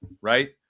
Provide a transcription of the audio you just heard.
right